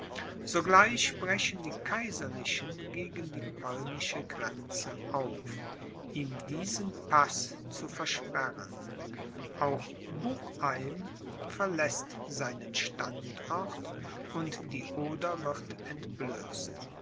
sogleich brechen die kaiserlichen gegen die polnische grenze auf ihm diesen paß zu versperren auch bucheim verläßt seinen standort und die oder wird entblößt